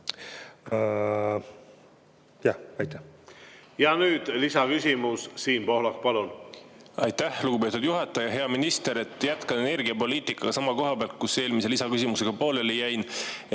Ja nüüd lisaküsimus, Siim Pohlak, palun! Aitäh, lugupeetud juhataja! Hea minister! Ma jätkan energiapoliitikaga sama koha pealt, kus eelmise lisaküsimusega pooleli jäin: